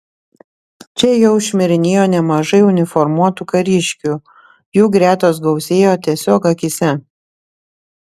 čia jau šmirinėjo nemažai uniformuotų kariškių jų gretos gausėjo tiesiog akyse